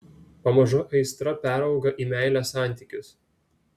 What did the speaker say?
pamažu aistra perauga į meilės santykius